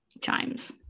chimes